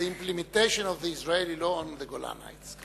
The implementation of the Israeli law on the Golan Heights.